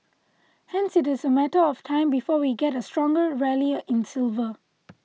hence it is a matter of time before we get a stronger rally in silver